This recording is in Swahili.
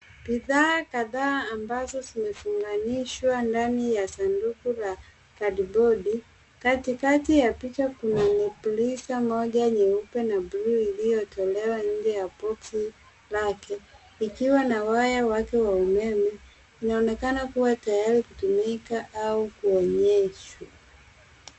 Bidhaa kadhaa ambazo zimefunganishwa ndani ya sanduku la kadibodi. Katikati ya picha kuna mipliza moja nyeupe na bluu iliyotolewa nje ya boksi lake likiwa na waya wake wa umeme. Inaonekana kuwa tayari kutumika au kuonyeshwa.